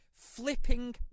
Flipping